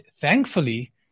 thankfully